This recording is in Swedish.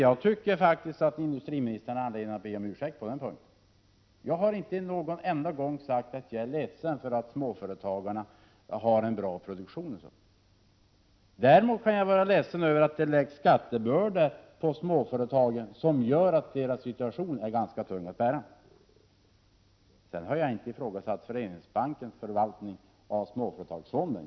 Jag tycker faktiskt industriministern har anledning att be om ursäkt på den punkten. Jag har inte en enda gång sagt att jag är ledsen för att småföretagarna i dag har en bra produktion. Däremot kan jag vara ledsen över att det läggs skattebördor på småföretagen som är ganska tunga att bära. Vidare har jag inte ifrågasatt Föreningsbankens förvaltning av småföretagsfonden.